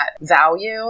value